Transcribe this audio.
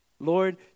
Lord